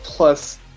Plus